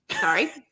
Sorry